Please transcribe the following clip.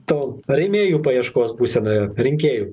tol rėmėjų paieškos būsenoje rinkėjų